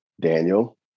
Daniel